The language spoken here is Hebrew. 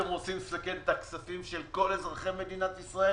אתם רוצים לסכן את הכספים של כל אזרחי מדינת ישראל?